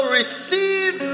receive